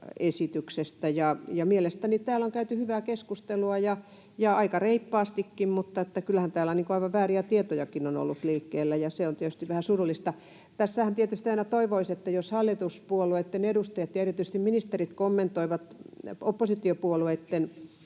esityksestä. Mielestäni täällä on käyty hyvää keskustelua ja aika reippaastikin, mutta kyllähän aivan vääriä tietojakin on ollut liikkeellä, ja se on tietysti vähän surullista. Tässähän tietysti aina toivoisi, jos hallituspuolueitten edustajat ja erityisesti ministerit kommentoivat oppositiopuolueitten